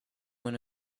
when